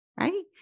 right